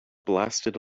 blasted